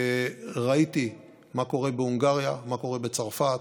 ראיתי מה קורה בהונגריה, מה קורה בצרפת,